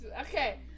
Okay